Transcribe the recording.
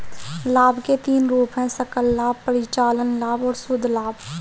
लाभ के तीन रूप हैं सकल लाभ, परिचालन लाभ और शुद्ध लाभ